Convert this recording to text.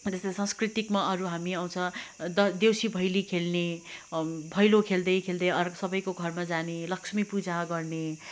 त्यस्तै सांस्कृतिकमा अरू हामी आउँछ द देउसी भैली खेल्ने अब भैलो खेल्दै खेल्दै अर सबैको घरमा जाने लक्ष्मी पूजा गर्ने